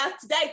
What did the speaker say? today